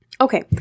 Okay